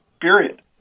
period